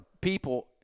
people